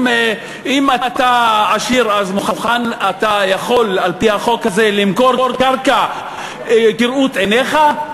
אם אתה עשיר אז אתה יכול על-פי החוק הזה למכור קרקע כראות עיניך?